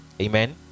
Amen